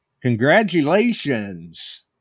Congratulations